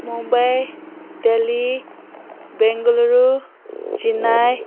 Mumbai Delhi Bengaluru Chennai